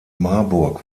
marburg